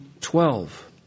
twelve